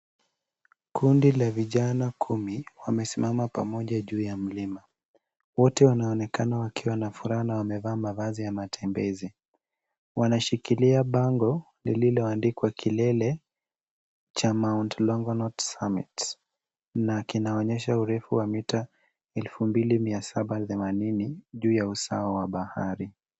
Kundi la vijana kumi wamesimama pamoja juu ya mlima. Wote wanaonekana kuwa na furaha na wamevaa mavazi ya matembezi. Wanashiilia bango lililoandikwa kilele cha Mt. Longonot Summit na kinaonyesha urefu wa mita 2780 juu ya usawa wa bahari.